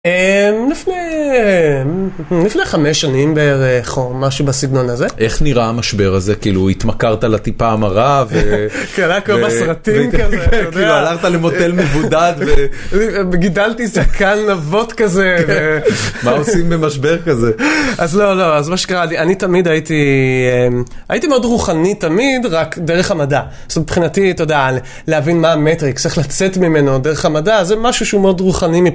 לפני... לפני חמש שנים בערך, או משהו בסגנון הזה. איך נראה המשבר הזה? כאילו, התמכרת לטיפה המרה, ו... קרה כמו בסרטים כזה, כאילו הלכת למוטל מבודד, ו... וגידלתי זקן עבות כזה, ו... מה עושים במשבר כזה? אז לא, לא, אז מה שקרה, אני תמיד הייתי... הייתי מאוד רוחני תמיד, רק דרך המדע. זאת אומרת, מבחינתי, אתה יודע, להבין מה המטריקס, איך לצאת ממנו דרך המדע, זה משהו שהוא מאוד רוחני,